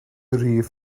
rif